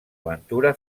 aventura